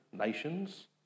nations